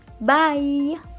Bye